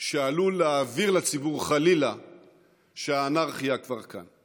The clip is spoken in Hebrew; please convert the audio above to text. שעלול להעביר לציבור חלילה שהאנרכיה כבר כאן.